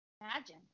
Imagine